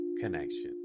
connection